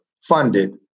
funded